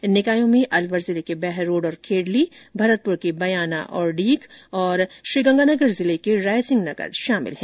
इन निकायों में अलवर जिले के बहरोड और खेडली भरतपुर के बयाना तथा डीग और श्रीगंगानगर जिले के रायसिंहनगर शामिल है